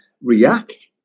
react